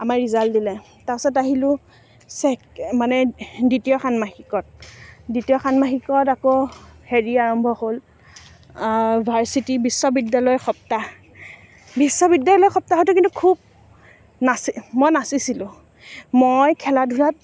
আমাৰ ৰিজাল্ট দিলে তাৰ পাছত আহিলোঁ চেকে মানে দ্বিতীয় ষান্মাসিকত দ্বিতীয় ষান্মাসিকত আকৌ হেৰি আৰম্ভ হ'ল ভাৰ্ছিটি বিশ্ববিদ্যালয় সপ্তাহ বিশ্ববিদ্যালয় সপ্তাহটো কিন্তু খুব নাচি মই নাচিছিলোঁ মই খেলা ধূলাত